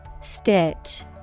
Stitch